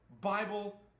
Bible